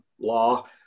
law